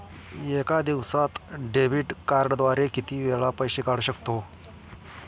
एका दिवसांत डेबिट कार्डद्वारे किती वेळा पैसे काढू शकतो?